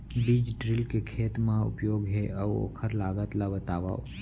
बीज ड्रिल के खेत मा का उपयोग हे, अऊ ओखर लागत ला बतावव?